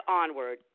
onward